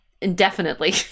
indefinitely